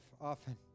often